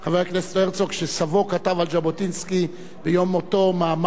שסבו כתב על ז'בוטינסקי ביום מותו מאמר נפלא ומופלא,